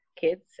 kids